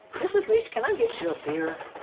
mrs. leach, can i get you a beer?